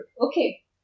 Okay